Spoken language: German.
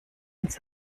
uns